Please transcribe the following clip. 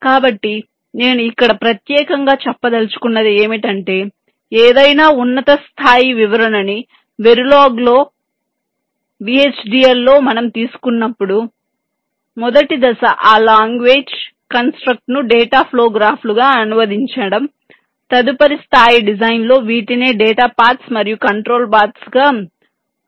కాబట్టి నేను ఇక్కడ ప్రత్యేకంగా చెప్పదలచుకున్నది ఏంటంటే ఏదైనా ఉన్నత స్థాయి వివరణని వెరిలోగ్ VHDL లో మనం తీసుకున్నపుడు మొదటి దశ ఆ లాంగ్వేజ్ కన్స్ట్రక్ట్ ను డేటా ఫ్లో గ్రాఫ్లుగా అనువదించడం తదుపరి స్థాయి డిజైన్ లో వీటినే డేటా పాత్స్ మరియు కంట్రోల్ పాత్స్ గా అనువదిస్తారని చెప్పవచ్చు